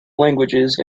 languages